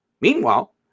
Meanwhile